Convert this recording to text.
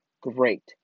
great